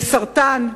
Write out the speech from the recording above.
לסרטן.